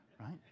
Right